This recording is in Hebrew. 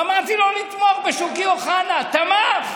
אמרתי לו: לתמוך בשוקי אוחנה, תמך.